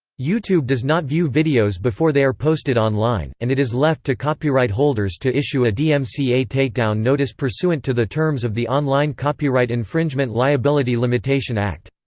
youtube does not view videos before they are posted online, and it is left to copyright holders to issue a dmca takedown notice pursuant to the terms of the online copyright infringement liability limitation act.